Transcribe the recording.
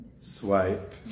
Swipe